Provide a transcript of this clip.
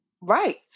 right